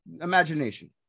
imagination